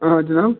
آ جناب